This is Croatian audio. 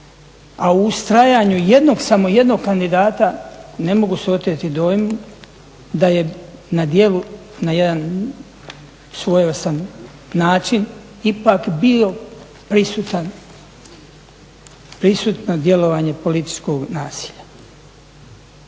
a u ustrajanju jednog, samo jednog kandidata ne mogu se oteti dojmu da je na dijelu na jedan svojevrstan način ipak bio prisutan, prisutno djelovanje političkog nasilja.